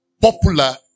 popular